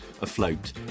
afloat